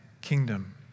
kingdom